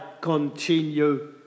continue